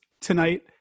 tonight